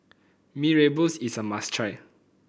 Mee Rebus is a must try